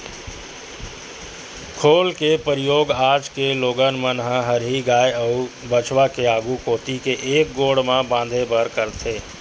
खोल के परियोग आज के लोगन मन ह हरही गाय अउ बछवा के आघू कोती के एक गोड़ म बांधे बर करथे